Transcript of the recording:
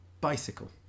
bicycle